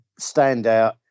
standout